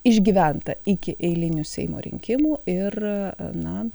išgyventa iki eilinių seimo rinkimų ir na